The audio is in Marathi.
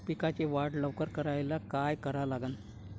पिकाची वाढ लवकर करायले काय करा लागन?